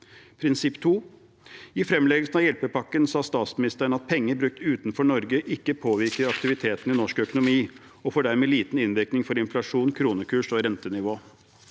Prinsipp to: I fremleggelsen av hjelpepakken sa statsministeren at penger brukt utenfor Norge ikke påvirker aktiviteten i norsk økonomi, og får dermed liten inndekning for inflasjon, kronekurs og rentenivå.